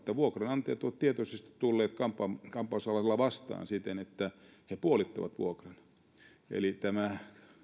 vuokranantajat ovat tietoisesti tulleet kampausalalla vastaan siten että he puolittavat vuokran eli tämä